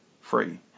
free